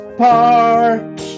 park